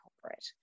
corporate